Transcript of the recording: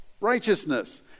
righteousness